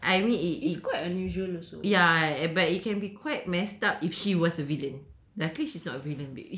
but it is I mean it it ya but it can be quite messed up if she was villain